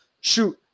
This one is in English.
shoot